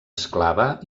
esclava